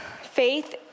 faith